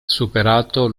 superato